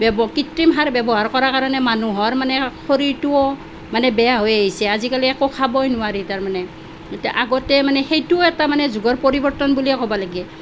কৃত্ৰিম সাৰ ব্যৱহাৰ কৰাৰ কাৰণে মানুহৰ মানে শৰীৰটোও মানে বেয়া হৈ আহিছে আজিকালি একো খাবই নোৱাৰি তাৰ মানে এতিয়া আগতে মানে সেইটো এটা মানে যুগৰ পৰিৱৰ্তন বুলিয়েই ক'ব লাগে